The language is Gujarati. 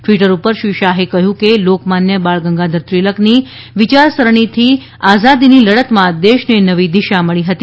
ટ્વિટર પર શ્રી શાહે કહ્યું કે લોકમાન્ય બાળગંગાધર ટીળકની વિચારસરણીથી આઝાદીની લડતમાં દેશને નવી દિશા મળી હતી